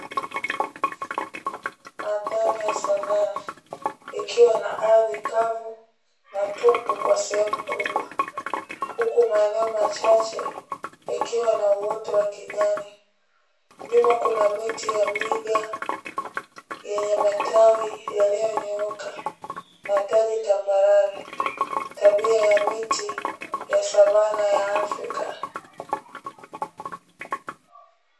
Mandhari ya savana ikiwa na ardhi kavu na tupu kwa sehemu kubwa huku maeneo machache yakiwa na uoto wa kijani, nyuma kuna miti ya miba yenye matawi yaliyonyooka na taji tambarare, tabia ya miti ya savana ya afrika.